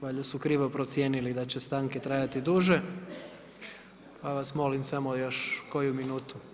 Valjda su krivo procijenili da će stanke trajati duže, pa vas molim samo još koju minutu.